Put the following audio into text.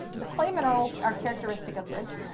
the clay minerals are characteristic of this.